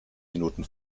minuten